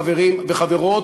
חברים וחברות,